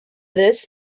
this